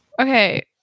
Okay